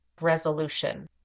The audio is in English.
resolution